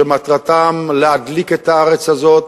שמטרתם להדליק את הארץ הזאת,